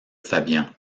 fabian